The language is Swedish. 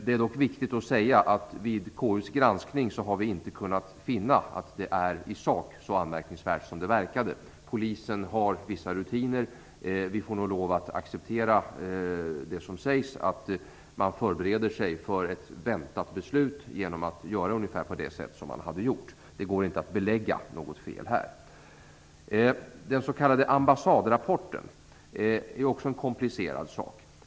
Det är dock viktigt att säga att vi inte vid KU:s granskning har kunnat finna att detta i sak är så anmärkningsvärt som det verkade. Polisen har vissa rutiner. Vi får nog acceptera det som sägs, att man förbereder sig för ett väntat beslut genom att göra på ungefär det sätt som man gjorde. Det går inte att belägga något fel här. Den s.k. ambassadrapporten är också en komplicerad sak.